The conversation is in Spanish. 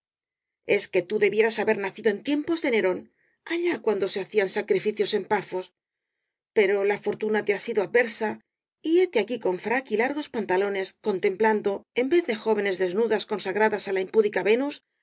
es que tii debieras haber nacido en tiempo de nerón allá cuando se hacían sacrificios en pafos pero la fortuna te ha sido adversa y hete aquí con frac y largos pantalones contemplando en vez de jóvenes desnudas consagradas á la impúdica venus